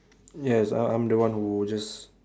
yes I'm I'm the one who just